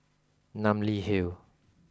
Namly Hill